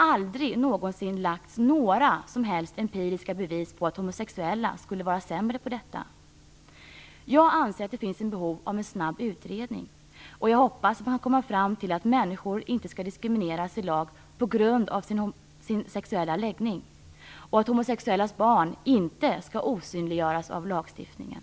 Aldrig någonsin har några som helst empiriska bevis lagts fram som pekar på att homosexuella skulle vara sämre på detta. Jag anser att det finns behov av en snabb utredning och hoppas att man kommer fram till att människor inte skall diskrimineras i lag på grund av sexuell läggning samt att homosexuellas barn inte skall osynliggöras av lagstiftningen.